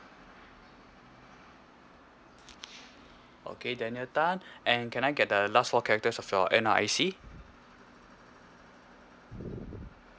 okay daniel tan and can I get the last four characters of your N_R_I_C